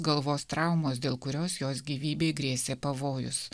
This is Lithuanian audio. galvos traumos dėl kurios jos gyvybei grėsė pavojus